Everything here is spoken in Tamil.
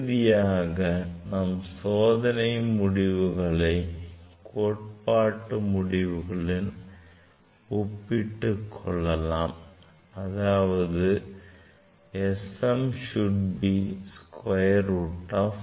இறுதியாக நாம் சோதனை முடிவுகளை கோட்பாட்டு முடிவுகளுடன் ஒப்பிட்டு கொள்ளலாம் அதாவது s m should be square root of m